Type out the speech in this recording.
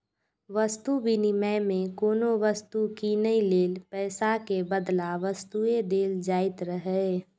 वस्तु विनिमय मे कोनो वस्तु कीनै लेल पैसा के बदला वस्तुए देल जाइत रहै